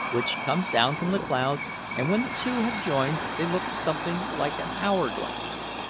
which comes down from the clouds and when the two have joined, they look something like an hour-glass.